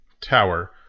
tower